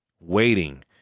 waiting